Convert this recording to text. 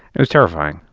it was terrifying.